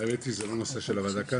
האמת היא שזה לא נושא של הוועדה כאן.